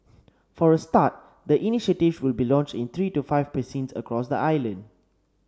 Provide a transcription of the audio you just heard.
for a start the initiative will be launched in three to five precincts across the island